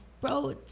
bro